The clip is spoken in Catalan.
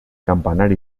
campanar